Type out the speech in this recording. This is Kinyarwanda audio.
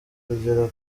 kugera